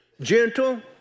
gentle